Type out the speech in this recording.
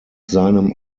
seinem